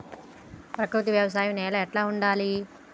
ప్రకృతి వ్యవసాయం నేల ఎట్లా ఉండాలి?